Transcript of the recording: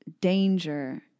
danger